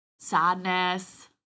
sadness